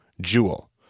jewel